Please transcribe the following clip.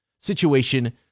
situation